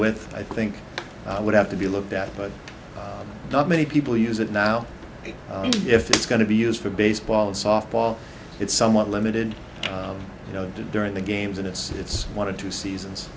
with i think i would have to be looked at but not many people use it now if it's going to be used for baseball and softball it's somewhat limited you know during the games and it's it's one of two seasons